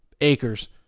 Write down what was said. acres